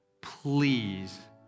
please